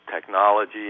technology